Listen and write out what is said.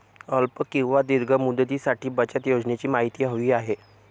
अल्प किंवा दीर्घ मुदतीसाठीच्या बचत योजनेची माहिती हवी आहे